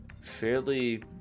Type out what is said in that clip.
fairly